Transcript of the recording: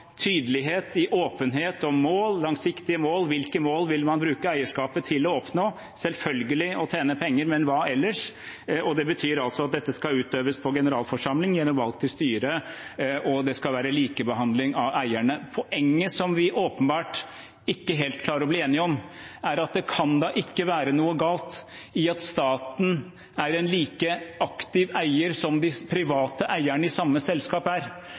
tydelighet og åpenhet om mål, langsiktige mål. Hvilke mål vil man bruke eierskapet til å oppnå? Selvfølgelig å tjene penger – men hva ellers? Det betyr også at det skal utøves på generalforsamlingen gjennom valg til styre, og det skal være likebehandling av eierne. Poenget, som vi åpenbart ikke helt klarer å bli enige om, er at det kan da ikke være noe galt i at staten er en like aktiv eier som de private eierne i samme selskap er,